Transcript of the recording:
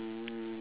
um